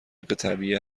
طبیعیه